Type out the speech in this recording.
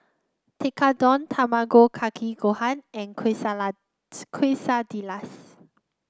Tekkadon Tamago Kake Gohan and Quesadillas